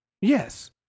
yes